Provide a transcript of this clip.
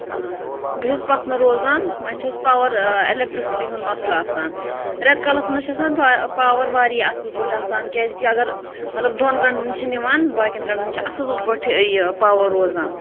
بہٕ چھَس پَتھنہٕ روزان وونۍ چھِ اَسہِ پاوَر اِلیٚکٹرسٹی ہُنٛد مَسلہٕ آسان ریٚتہٕ کالَس مَنٛز چھُ آسان پاوَر واریاہ اَصل پٲٹھۍ آسان کیاز کہِ اَگَر مَطلَب دۄن گَنٛٹَن چھِ نِوان باقیَن گَنٹَن چھِ اَصۭل پٲٹھۍ یہِ پاوَر روزان